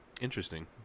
interesting